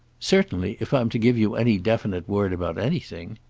certainly, if i'm to give you any definite word about anything.